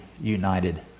united